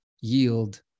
yield